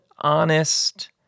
honest